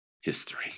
history